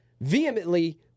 vehemently